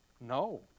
no